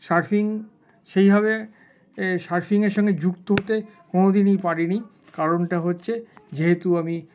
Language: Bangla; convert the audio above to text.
সার্ফিং সেইভাবে সার্ফিংয়ের সঙ্গে যুক্ত হতে কোনদিনই পারিনি কারণটা হচ্ছে যেহেতু আমি